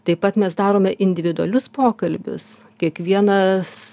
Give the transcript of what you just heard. taip pat mes darome individualius pokalbius kiekvienas